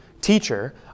Teacher